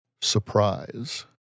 Surprise